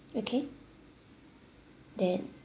okay that